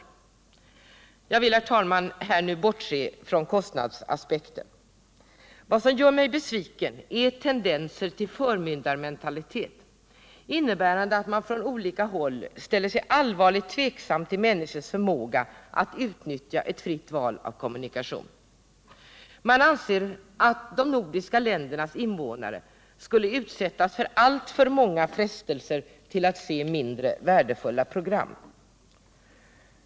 I det här sammanhanget vill jag, herr talman, bortse från kostnadsaspekten. Vad som gör mig besviken är tendenser till förmyndarmentalitet, innebärande att man från olika håll ställer sig allvarligt tveksam till människors förmåga att utnyttja ett fritt val av kommunikation. Man anser att de nordiska ländernas invånare skulle utsättas för alltför många frestelser till att se mindre värdefulla program.